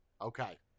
Okay